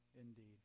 indeed